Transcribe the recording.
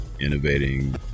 innovating